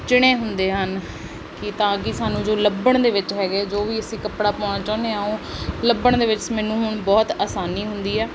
ਚਿਣੇ ਹੁੰਦੇ ਹਨ ਕਿ ਤਾਂ ਕਿ ਸਾਨੂੰ ਜੋ ਲੱਭਣ ਦੇ ਵਿੱਚ ਹੈਗੇ ਜੋ ਵੀ ਅਸੀਂ ਕੱਪੜਾ ਪਾਉਣਾ ਚਾਹੁੰਦੇ ਹਾਂ ਉਹ ਲੱਭਣ ਦੇ ਵਿੱਚ ਮੈਨੂੰ ਹੁਣ ਬਹੁਤ ਆਸਾਨੀ ਹੁੰਦੀ ਹੈ